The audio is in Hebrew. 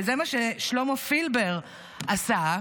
וזה מה ששלמה פילבר עשה,